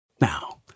Now